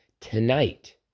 tonight